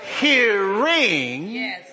hearing